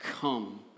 come